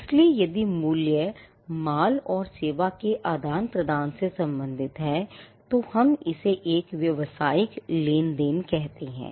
इसलिए यदि मूल्य माल और सेवा के आदान प्रदान से संबंधित है तो हम इसे एक व्यापारिक लेनदेन कहते हैं